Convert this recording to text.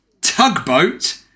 Tugboat